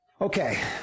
Okay